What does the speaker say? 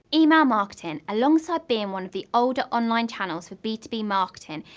email marketing, alongside being one of the older online channels for b two b marketing,